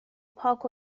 پاک